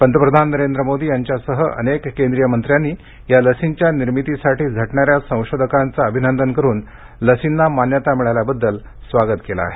पतप्रधान नरेंद्र मोदी यांच्यासह अनेक केंद्रीय मंत्र्यांनी या लसींच्या निर्मितीसाठी झटणाऱ्या संशोधकांचं अभिनंदन करुन लसींना मान्यता मिळाल्याचं स्वागत केलं आहे